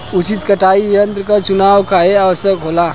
उचित कटाई यंत्र क चुनाव काहें आवश्यक होला?